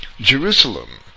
Jerusalem